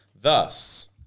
Thus